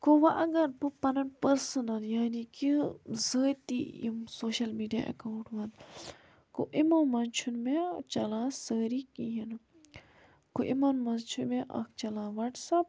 گوٚو وۄنۍ اگر بہٕ پَنُن پٔرسٕنَل یعنی کہِ ذٲتی یِم سوشَل میٖڈیا ایٚکاوُنٛٹ وَنہٕ گوٚو یِمو منٛز چھنہٕ مےٚ چَلان سٲری کِہیٖنۍ گوٚو یِمَن منٛز چھُ مےٚ اَکھ چَلان وَٹٕس اَپ